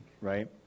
right